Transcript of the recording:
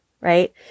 right